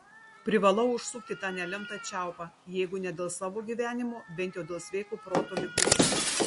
privalau užsukti tą nelemtą čiaupą jeigu ne dėl savo gyvenimo bent jau dėl sveiko proto likučių